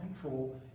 control